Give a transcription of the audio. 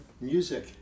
music